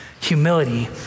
Humility